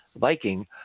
Viking